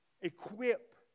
equip